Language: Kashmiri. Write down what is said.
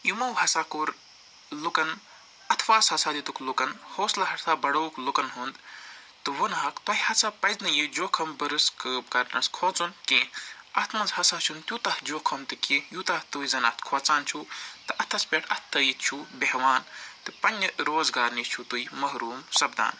یِمو ہسا کوٚر لُکن اَتھٕ واس ہَسا دیُتُکھ لُکن حوصلہٕ ہَسا بڑووُکھ لُکن ہُنٛد تہٕ ووٚنہَکھ تۄہہِ ہسا پَزِنہٕ یہِ جوکھمبٔرٕس کٲم کَرنَس کھوژُن کیٚنٛہہ اتھ منٛز ہَسا چھُنہٕ تیوٗتاہ جوکھم تہِ کیٚنٛہہ یوٗتاہ تُہۍ زَن اَتھ کھوژان چھُو تہٕ اَتھَس پٮ۪ٹھ اَتھٕ تھٲیِتھ چھُو بیٚہوان تہٕ پنٛنہِ روزگار نِش چھُو تُہۍ محروٗم سَپدان